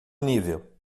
nível